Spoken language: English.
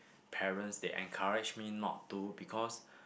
parents they encourage me not to because